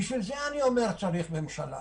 ובשביל זה צריך ממשלה